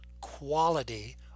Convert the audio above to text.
quality